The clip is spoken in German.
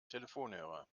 telefonhörer